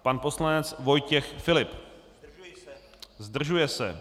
Pan poslanec Vojtěch Filip: Zdržuje se.